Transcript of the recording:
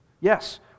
Yes